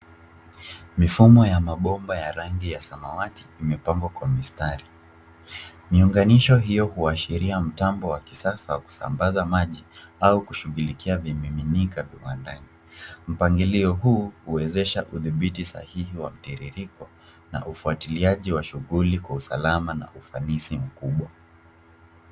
Mifumo ya mabomba ya rangi ya samawati imepangwa kwa mistari miunganisho hiyo huashiria mitambo wa kisasa ya kusambaza maji au kushugulikia vimiminika viwandani. Mpangilio huu huwezesha kudhibiti sahihi wa mtirirko na ufwatiliaji wa shuguli kwa usalama kwa ufanisi mkubwa